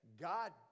God